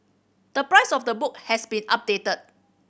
the price of the book has been updated